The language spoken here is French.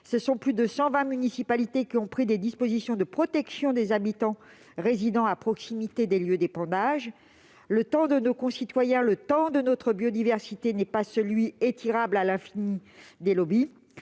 le pire, plus de 120 municipalités ont ainsi pris des dispositions de protection des habitants résidant à proximité des lieux d'épandage. Le temps de nos concitoyens, le temps de la biodiversité n'est pas celui, étirable à l'infini, des lobbies